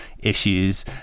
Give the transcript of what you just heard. issues